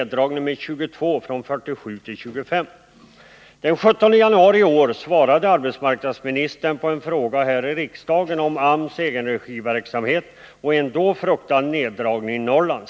Den 17 januari i år svarade arbetsmarknadsministern på en fråga här i riksdagen om AMS egenregiverksamhet och en då fruktad neddragning i Norrland.